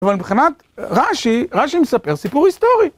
אבל מבחינת רש"י, רש"י מספר סיפור היסטורי.